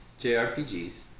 JRPGs